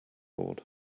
lord